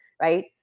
right